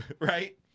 Right